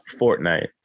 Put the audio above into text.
Fortnite